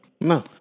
No